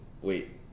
wait